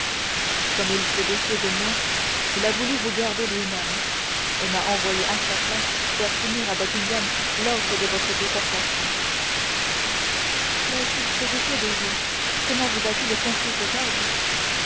comme il se défiait de moi il a voulu vous garder lui-même et m'a envoyé à sa place faire signer à buckingham l'ordre de votre déportation mais s'il se défiait de vous comment vous a-t-il confié cet ordre